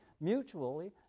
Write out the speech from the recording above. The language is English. mutually